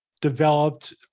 developed